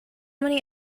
many